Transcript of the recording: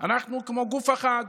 אנחנו כמו גוף אחד.